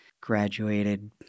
graduated